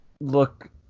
look